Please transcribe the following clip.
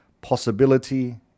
possibility